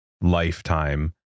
lifetime